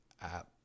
app